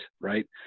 right